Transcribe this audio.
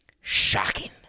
shocking